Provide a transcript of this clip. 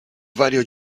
vario